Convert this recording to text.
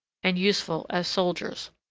and useful as soldiers.